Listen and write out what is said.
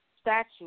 statue